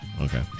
Okay